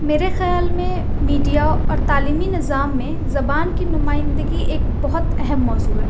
میرے خیال میں میڈیا اور تعلیمی نظام میں زبان کی نمائندگی ایک بہت اہم موضوع ہے